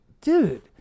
Dude